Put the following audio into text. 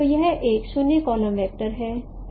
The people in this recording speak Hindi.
तो यह एक 0 कॉलम वेक्टर है